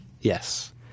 Yes